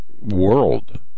world